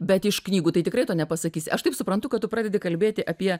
bet iš knygų tai tikrai to nepasakysi aš taip suprantu kad tu pradedi kalbėti apie